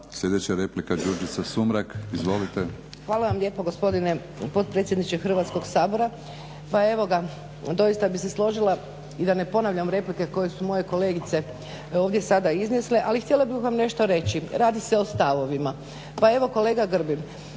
Sljedeća replika Đurđica Sumrak. Izvolite. **Sumrak, Đurđica (HDZ)** Hvala vam lijepo gospodine potpredsjedniče Hrvatskog sabora. Pa evo ga doista bih se složila i da ne ponavljam replike koje su moje kolegice ovdje sada iznijele, ali htjela bih vam nešto reći. Radi se o stavovima. Pa evo kolega Grbin